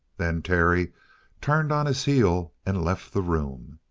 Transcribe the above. then terry turned on his heel and left the room.